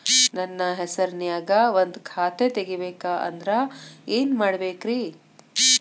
ನನ್ನ ಹೆಸರನ್ಯಾಗ ಒಂದು ಖಾತೆ ತೆಗಿಬೇಕ ಅಂದ್ರ ಏನ್ ಮಾಡಬೇಕ್ರಿ?